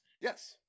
Yes